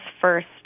first